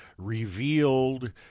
revealed